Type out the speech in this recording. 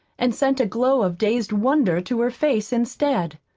and sent a glow of dazed wonder to her face instead.